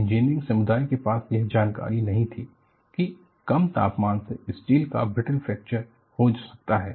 engineering समुदाय के पास यह जानकारी नहीं थी कि कम तापमान से स्टील का ब्रिटल फ्रैक्चर हो सकता है